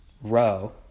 row